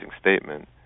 statement